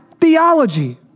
theology